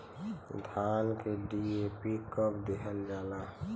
धान में डी.ए.पी कब दिहल जाला?